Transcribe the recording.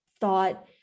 thought